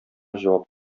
җавап